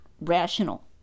rational